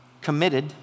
committed